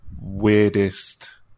weirdest